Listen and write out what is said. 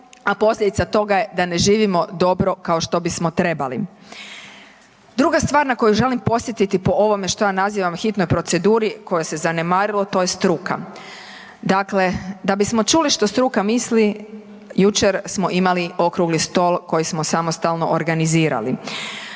a posljedica toga je da ne živimo dobro kao što bismo trebali. Druga stvar na koju želim podsjetiti po ovome što ja nazivam hitnoj proceduri koja se zanemarilo, to je struka. Dakle, da bismo čuli što struka misli jučer smo imali okrugli stol koji smo samostalno organizirali.